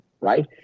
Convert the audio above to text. right